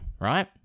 right